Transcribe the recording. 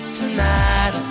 Tonight